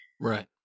right